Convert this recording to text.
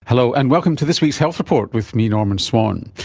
hello, and welcome to this week's health report with me, norman swan.